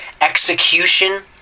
execution